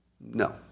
No